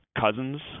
cousins